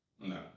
No